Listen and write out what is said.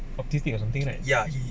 autistic or something like that